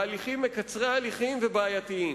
בהליכים מקצרי הליכים ובעייתיים.